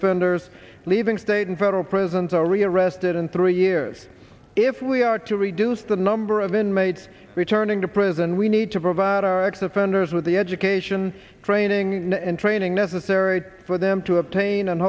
offenders leaving state and federal prisons are rearrested in three years if we are to reduce the number of inmates returning to prison we need to provide our ex offenders with the education training and training necessary for them to obtain and